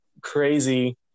crazy